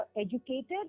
educated